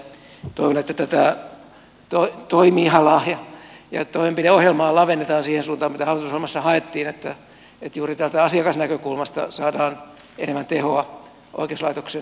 toivon että tätä toimialaa ja toimenpideohjelmaa lavennetaan siihen suuntaan mitä hallitusohjelmassa haettiin että juuri tästä asiakasnäkökulmasta saadaan enemmän tehoa oikeuslaitoksen työstä